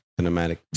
Cinematic